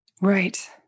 Right